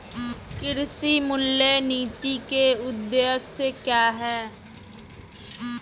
कृषि मूल्य नीति के उद्देश्य क्या है?